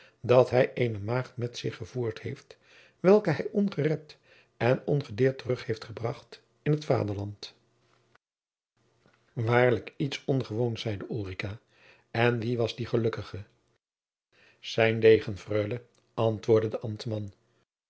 dat hij eene maagd met zich gevoerd heeft welke hij ongerept en ongedeerd terug heeft gebracht in het vaderland waarlijk iets ongewoons zeide ulrica en wie was die gelukkige zijn degen freule antwoordde de